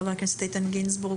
חה"כ איתן גינזבורג,